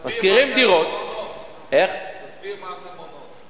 תסביר מה זה מעונות.